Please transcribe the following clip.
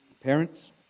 Parents